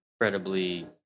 incredibly